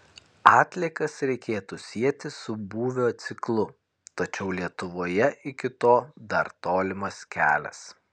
atliekas reikėtų sieti su būvio ciklu tačiau lietuvoje iki to dar tolimas kelias